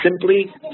simply